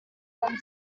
then